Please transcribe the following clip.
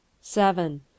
Seven